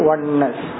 Oneness